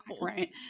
right